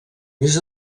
més